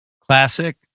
Classic